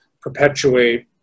perpetuate